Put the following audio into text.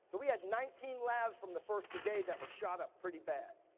so we had nineteen lavs from the first brigade that were shot up pretty bad.